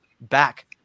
back